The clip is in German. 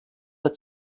der